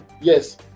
yes